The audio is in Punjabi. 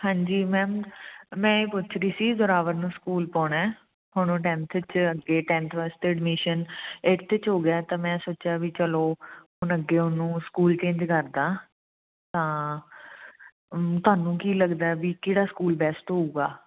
ਹਾਂਜੀ ਮੈਮ ਮੈਂ ਇਹ ਪੁੱਛ ਰਹੀ ਸੀ ਜੋਰਾਵਰ ਨੂੰ ਸਕੂਲ ਪਾਉਣਾ ਹੁਣ ਉਹ ਟੈਂਨਥ ਵਿੱਚ ਅੱਗੇ ਟੈਂਨਥ ਵਾਸਤੇ ਐਡਮਿਸ਼ਨ ਏਟਥ 'ਚ ਹੋ ਗਿਆ ਤਾਂ ਮੈਂ ਸੋਚਿਆ ਵੀ ਚਲੋ ਹੁਣ ਅੱਗੇ ਉਹਨੂੰ ਸਕੂਲ ਚੇਂਜ ਕਰਦਾ ਤਾਂ ਤੁਹਾਨੂੰ ਕੀ ਲੱਗਦਾ ਬਈ ਕਿਹੜਾ ਸਕੂਲ ਬੈਸਟ ਹੋਊਗਾ